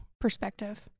perspective